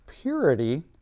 Purity